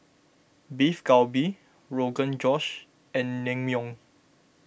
Beef Galbi Rogan Josh and Naengmyeon